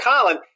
Colin